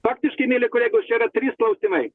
faktiškai mieli kolegos čia yra trys klausimai